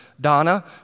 Donna